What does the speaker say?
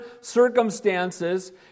circumstances